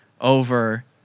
over